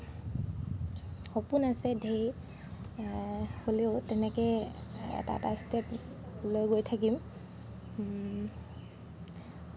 সপোন আছে ধেৰ হ'লেও তেনেকৈ এটা এটা ষ্টেপ লৈ গৈ থাকিম